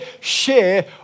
share